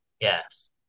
yes